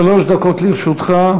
שלוש דקות לרשותך.